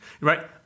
right